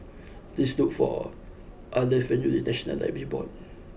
please look for Arleth when you reach National Library Board